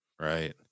right